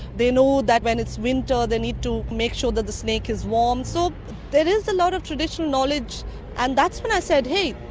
they know that when it's winter they need to make sure that the snake is warm. so there is a lot of traditional knowledge and that's when i said, hey,